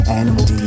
animal